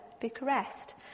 Bucharest